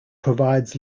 provides